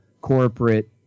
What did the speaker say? corporate